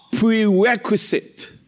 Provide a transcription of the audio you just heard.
prerequisite